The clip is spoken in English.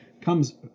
comes